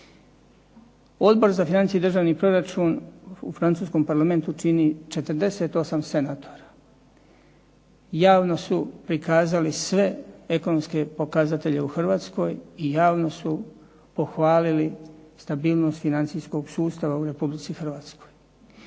Odbor za financije i državni proračun u francuskom Parlamentu čini 48 senatora. Javno su prikazali sve ekonomske pokazatelje u Hrvatskoj i javno su pohvalili stabilnost financijskog sustava u Republici Hrvatskoj.